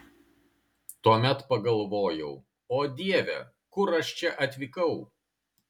tuomet pagalvojau o dieve kur aš čia atvykau